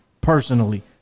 personally